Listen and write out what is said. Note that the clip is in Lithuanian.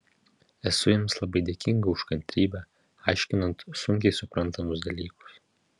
esu jiems labai dėkinga už kantrybę aiškinant sunkiai suprantamus dalykus